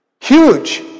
Huge